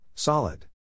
Solid